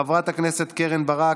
חברת הכנסת קרן ברק,